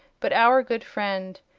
but our good friend.